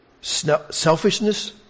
selfishness